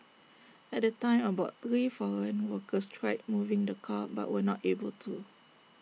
at the time about three foreign workers tried moving the car but were not able to